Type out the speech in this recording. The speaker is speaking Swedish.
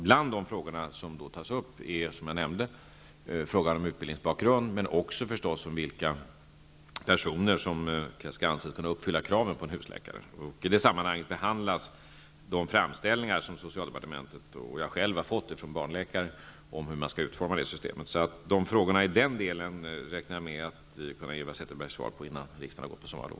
Bland de frågor som tas upp är som jag nämnde frågan om utbildningsbakgrund, men naturligtvis också frågan om vilka personer som skall anses kunna uppfylla kraven på en husläkare. I det sammanhanget behandlas de framställningar som socialdepartementet och jag själv har fått ifrån barnläkare om hur man skall utforma systemet. Frågorna i den delen räknar jag med att kunna ge Eva Zetterberg svar på innan riksdagen går på sommarlov.